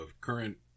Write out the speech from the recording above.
current